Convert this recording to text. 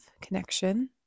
connection